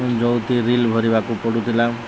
ଯେଉଁଥିରେ ରିଲ୍ ଭରିବାକୁ ପଡ଼ୁଥିଲା